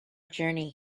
journey